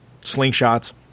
slingshots